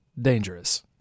dangerous